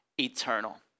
eternal